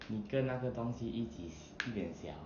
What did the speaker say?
你跟那个东西一起变小